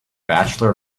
bachelor